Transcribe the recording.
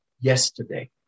yesterday